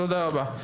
תודה רבה.